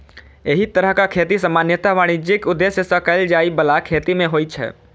एहि तरहक खेती सामान्यतः वाणिज्यिक उद्देश्य सं कैल जाइ बला खेती मे होइ छै